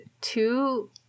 two